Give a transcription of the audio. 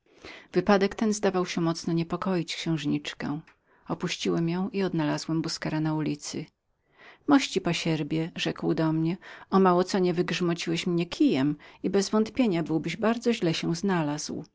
wypadek ten zdawał się mocno niepokoić księżniczkę opuściłem ją i znalazłem mego busquera na ulicy mości pasierbie rzekł do mnie o włos co nie wygrzmociłeś mnie kijem i bezwątpienia byłbyś bardzo źle się znalazł